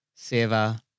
seva